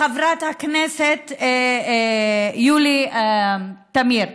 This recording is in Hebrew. חברת הכנסת יולי תמיר,